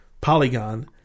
polygon